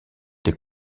des